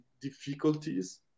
difficulties